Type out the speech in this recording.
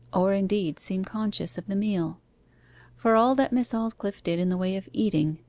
or indeed seem conscious of the meal for all that miss aldclyffe did in the way of eating,